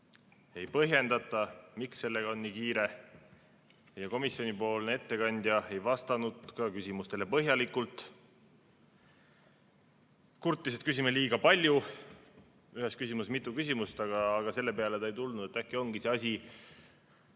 Ei põhjendata, miks sellega on nii kiire, ja komisjoni ettekandja ei vastanud ka küsimustele põhjalikult. Ta kurtis, et küsime liiga palju, ühes küsimuses mitu küsimust, aga selle peale ei tulnud, et äkki ongi see asi